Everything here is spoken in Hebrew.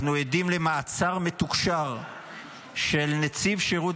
אנחנו עדים למעצר מתוקשר של נציב שירות